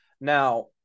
Now